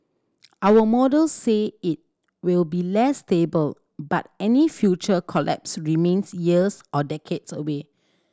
our models say it will be less stable but any future collapse remains years or decades away